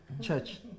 church